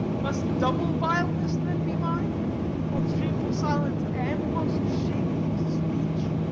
must double vileness then be mine both shameful silence and most shameful speech?